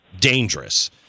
dangerous